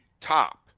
top